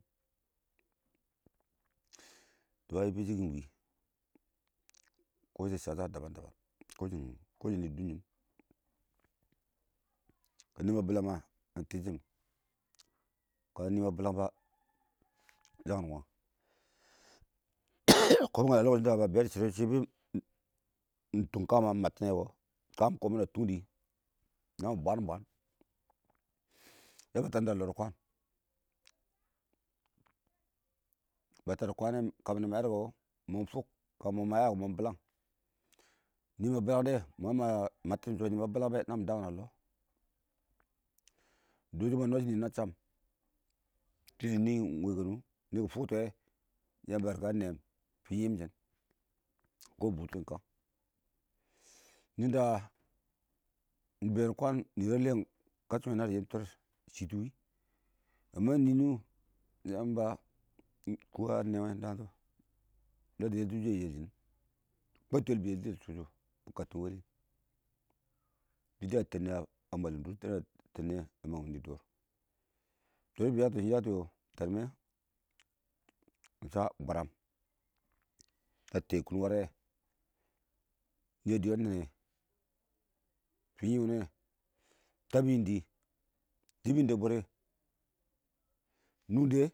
To a wɪɪn biddʊ iɪng wɪɪn kə washang nɪ dɪ dʊnshi kə nɪ ma bilamma, mattin shɪm kə nɪ ma bɪlang ba yangin wang kə korfi ba be dɪ shɪrr shɪn tʊk kangma iɪng mattin nɛ komɪn namin kan ma bwan bwan bɛ ba taddɔ a dɪ kwan, ba taddi kwanne kamɪ nama yɔdɔ kɔ mɔ mɪ fʊk kamɪ ma yɔya kɔ mɔ mɪ bɪlang nɪ ma bilange nɪ ma mattiishɔ, nɪ ma bɪlang bɔ, nami daam wangɪn a lɔ dɔshi ma nwa shɪn nɪɪn cham shɪn nɪɪn ingwe kanɔ nɪ bɪ fuktʊ wɛ yamba been na nɛm, fiim fankuwɪ shɪn bɪ bʊtʊ shɪm kang ninda ingbeen kanshim wʊni a lem kwan shɪn wɛ naddi fankuwɪ dɪ shʊtʊ kwan wɪɪn, nɪ nɪ wʊ yamba a nɛ kuwe wɪɪn iɪng daan shɔ be letu wishɛ yɛlshin kwattʊ yʊlbi, yʊlti yʊl shɪn bɪ kaltin weli dɪ dɪya tɛn niyɛ a mwal mina dʊn a fam minɛ nɪ dʊr, shanɪ tabbɪ shattɔ yatɔ yɔ tɔn mɔ, wɪɪn sha bwaram kə tɛm kum wɔrɔ wɔ nɪ dɪ a nɛnnɛ fiin yam wini nɛ wɛ tabbɪ nɪ dɪ, dʊbbʊ nɪ dɪ a bwərə nu dai.